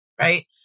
Right